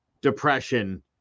depression